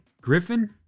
Griffin